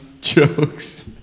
Jokes